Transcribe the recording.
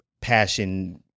passion